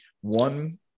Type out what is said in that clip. One